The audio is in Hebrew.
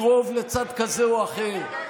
בלי רוב לצד כזה או אחר.